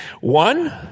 one